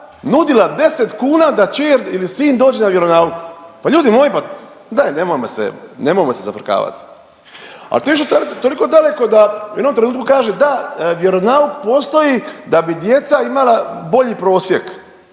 nudila 10 kuna da ćer ili sin dođu na vjeronauk. Pa ljudi moji, pa daj nemoj me zaj…, nemojmo se zafrkavati. Al to je išlo toliko daleko da u jednom trenutku kaže, da vjeronauk postoji da bi djeca imala bolji prosjek.